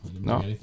No